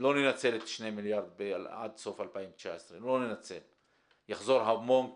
שלא ננצל 2 מיליארד עד סוף 2019. יחזור המון כסף.